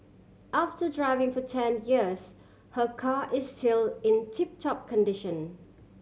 after driving for ten years her car is still in tip top condition